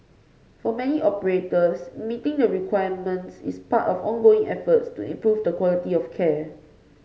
for many operators meeting the requirements is part of ongoing efforts to improve the quality of care